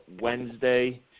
Wednesday